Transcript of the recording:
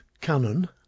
canon